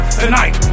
tonight